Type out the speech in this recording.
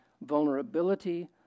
vulnerability